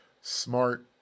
Smart